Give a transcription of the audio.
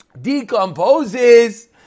decomposes